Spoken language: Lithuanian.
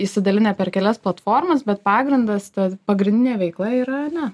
išsidalinę per kelias platformas bet pagrindas tas pagrindinė veikla yra ne